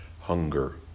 hunger